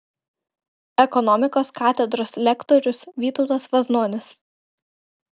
ekonomikos katedros lektorius vytautas vaznonis